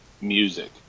music